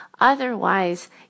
Otherwise